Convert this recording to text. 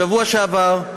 בשבוע שעבר,